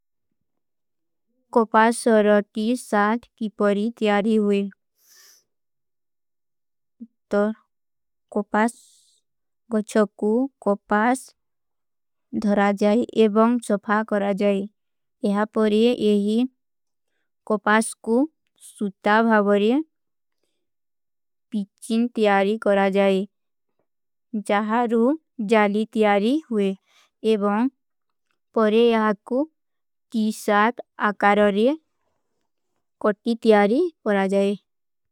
କୋପାସ ରଟୀ ସାଥ କୀ ପରୀ ତିଯାରୀ ହୁଏ। ତୋ କୋପାସ ଗଚ୍ଛ କୂ କୋପାସ ଧରାଜାଈ ଏବଂଗ ସଫା କରାଜାଈ। ଏହା ପରେ ଏହୀ କୋପାସ କୂ ସୁତା ଭାଵରେ ପିଚିନ ତିଯାରୀ କରାଜାଈ। ଜାହରୂ ଜାଲୀ ତିଯାରୀ ହୁଏ। ଏବଂଗ ପରେ ଏହା କୂ କୀ ସାଥ ଆକାରରେ କୋଟୀ ତିଯାରୀ ପରାଜାଈ।